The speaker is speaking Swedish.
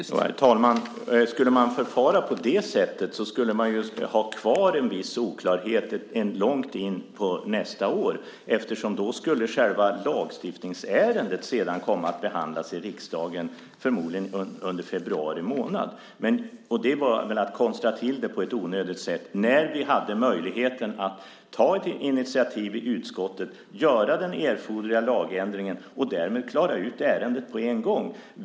Herr talman! Med ett sådant förfaringssätt skulle det vara kvar en viss oklarhet långt in på nästa år eftersom själva lagstiftningsärendet skulle komma att behandlas i riksdagen förmodligen under februari månad. Det skulle vara att konstra till det hela på ett onödigt sätt när det var möjligt att ta ett initiativ i utskottet, göra den erforderliga lagändringen och därmed klara ut ärendet på en gång.